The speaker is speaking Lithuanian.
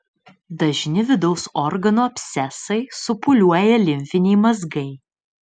dažni vidaus organų abscesai supūliuoja limfiniai mazgai